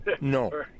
No